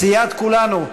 סיעת כולנו.